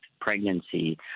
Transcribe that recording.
pregnancy